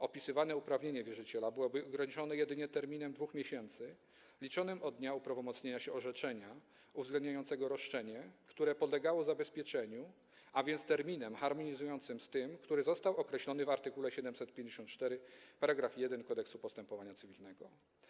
Opisywane uprawnienie wierzyciela byłoby ograniczone jedynie terminem 2 miesięcy liczonym od dnia uprawomocnienia się orzeczenia uwzględniającego roszczenie, które podlegało zabezpieczeniu, a więc terminem harmonizującym z tym, który został określony w art. 754 § 1 Kodeksu postępowania cywilnego.